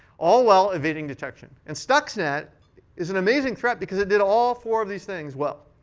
all while evading detection. and stuxnet is an amazing threat, because it did all four of these things well.